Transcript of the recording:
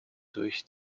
durch